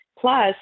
plus